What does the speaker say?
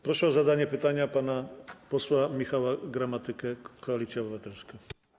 Proszę o zadanie pytania pana posła Michała Gramatykę, Koalicja Obywatelska.